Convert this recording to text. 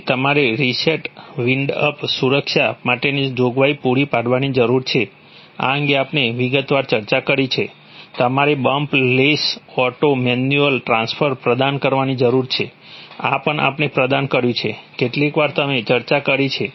તેથી તમારે reset wind up સુરક્ષા માટેની જોગવાઈ પૂરી પાડવાની જરૂર છે આ અંગે આપણે વિગતવાર ચર્ચા કરી છે તમારે bumpless auto manual transfer પ્રદાન કરવાની જરૂર છે આ પણ આપણે પ્રદાન કર્યું છે કેટલીકવાર તમે ચર્ચા કરી છે